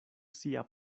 sia